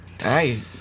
Hey